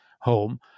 home